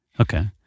Okay